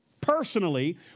personally